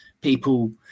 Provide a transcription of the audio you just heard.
people